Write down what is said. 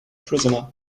prisoner